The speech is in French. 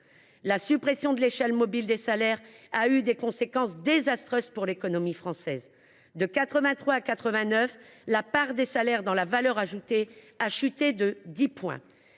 La suppression de ce mécanisme a eu des conséquences désastreuses pour l’économie française. De 1983 à 1989, la part des salaires dans la valeur ajoutée a chuté de dix points.